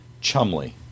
Chumley